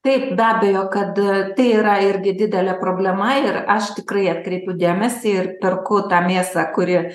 taip be abejo kad tai yra irgi didelė problema ir aš tikrai atkreipiu dėmesį ir perku tą mėsą kuri